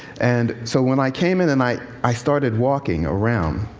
and so when i came in and i i started walking around,